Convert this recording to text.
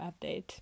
update